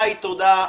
תודה.